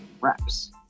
wraps